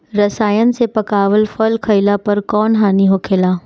रसायन से पकावल फल खइला पर कौन हानि होखेला?